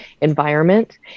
environment